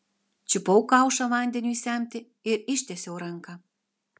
čiupau kaušą vandeniui semti ir ištiesiau ranką